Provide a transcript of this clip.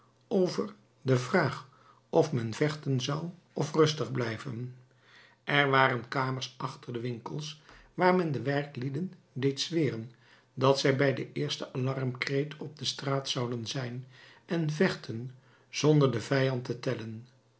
over de vraag of men vechten zou of rustig blijven er waren kamers achter de winkels waar men de werklieden deed zweren dat zij bij den eersten alarmkreet op de straat zouden zijn en vechten zonder den vijand te tellen